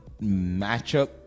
matchup